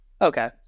Okay